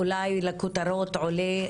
אולי לכותרות עולה,